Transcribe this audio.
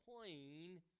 plain